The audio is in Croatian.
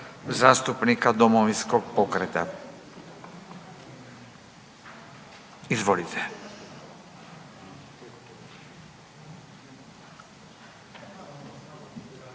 zastupnika Domovinskog pokreta. Izvolite.